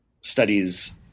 studies